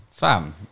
Fam